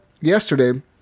yesterday